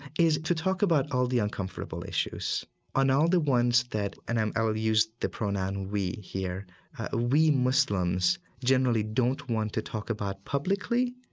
is to talk about all the uncomfortable issues and all the ones that and i will use the pronoun we here we muslims generally don't want to talk about publicly.